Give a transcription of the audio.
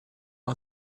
out